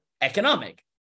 economic